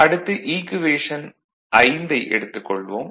அடுத்து ஈக்குவேஷன் 5 ஐ எடுத்துக் கொள்வோம்